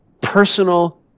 personal